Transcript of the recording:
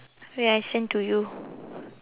wait I send to you